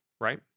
right